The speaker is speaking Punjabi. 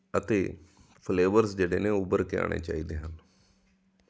ਅਤੇ ਫਲੇਵਰਜ ਜਿਹੜੇ ਨੇ ਉਹ ਉੱਭਰ ਕੇ ਆਉਣੇ ਚਾਹੀਦੇ ਹਨ